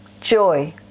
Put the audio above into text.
joy